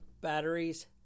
batteries